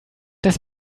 das